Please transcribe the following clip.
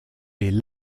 les